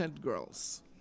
girls